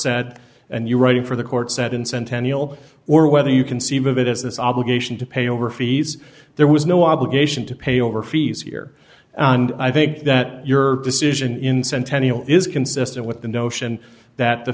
said and you're writing for the court said in centennial or whether you conceive of it as this obligation to pay over fees there was no obligation to pay over fees here and i think that your decision in centennial is consistent with the notion that the